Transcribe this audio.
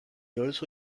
also